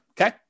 okay